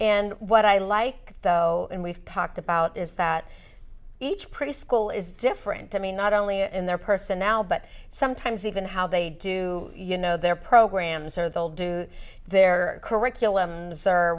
and what i like though and we've talked about is that each preschool is different to me not only in their personnel but sometimes even how they do you know their programs or they'll do their curriculums